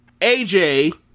AJ